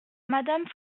madame